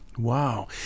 Wow